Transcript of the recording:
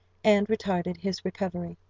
and retarded his recovery.